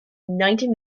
nineteen